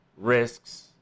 risks